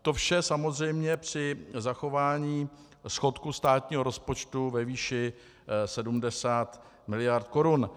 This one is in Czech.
To vše samozřejmě při zachování schodku státního rozpočtu ve výši 70 miliard korun.